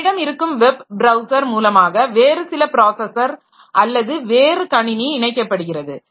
நம்மிடம் இருக்கும் web browser மூலமாக வேறு சில ப்ராஸஸர் அல்லது வேறு கணினி இணைக்கப்படுகிறது